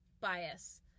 bias